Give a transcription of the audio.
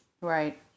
Right